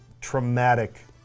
traumatic